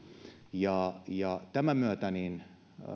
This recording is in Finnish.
ja ja tämän myötä